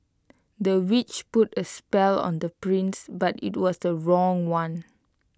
the witch put A spell on the prince but IT was the wrong one